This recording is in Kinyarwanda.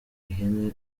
n’ihene